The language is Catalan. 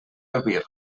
albir